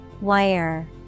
Wire